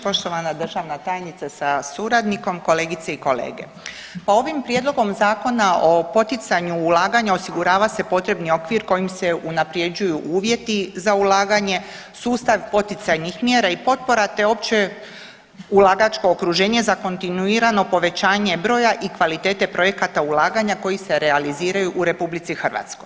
Poštovana državna tajnice sa suradnikom, kolegice i kolege, pa ovim Prijedlogom Zakona o poticanju ulaganja osigurava se potrebni okvir kojim se unaprjeđuju uvjeti za ulaganje, sustav poticajnih mjera i potpora te opće ulagačko okruženje za kontinuirano povećanje broja i kvalitete projekata ulaganja koji se realiziraju u RH.